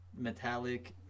metallic